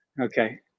Okay